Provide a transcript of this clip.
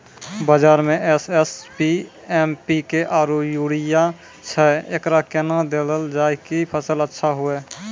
बाजार मे SSP, MPK आरु यूरिया छैय, एकरा कैना देलल जाय कि फसल अच्छा हुये?